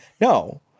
No